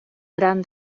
gran